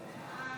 נגד?